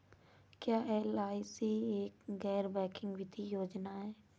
क्या एल.आई.सी एक गैर बैंकिंग वित्तीय योजना है?